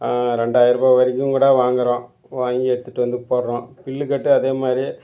ரெண்டாயிரருபா வரைக்கும் கூட வாங்குகிறோம் வாங்கி எடுத்துட்டு வந்து போடுறோம் புல்லு கட்டு அதே மாதிரி